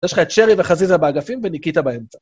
יש לך את שרי וחזיזה באגפים וניקית באמצע.